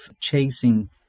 chasing